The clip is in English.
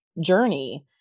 journey